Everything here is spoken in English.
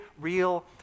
real